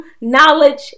knowledge